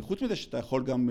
חוץ מזה שאתה יכול גם